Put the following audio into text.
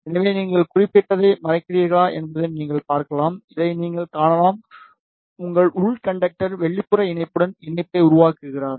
எனவே நீங்கள் குறிப்பிட்டதை மறைக்கிறீர்களா என்பதை நீங்கள் பார்க்கலாம் இதை நீங்கள் காணலாம் உங்கள் உள் கண்டக்டர் வெளிப்புற இணைப்புடன் இணைப்பை உருவாக்குகிறார்